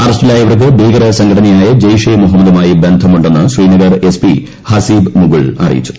അറസ്റ്റിലായവർക്ക് ഭീകരസംഘടനയായ ജയ്ഷെ മുഹമ്മദുമായി ബന്ധമുണ്ടെന്ന് ശ്രീനഗർ എസ് പി ഹസീബ് മുഗൾ അറിയിച്ചു